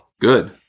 good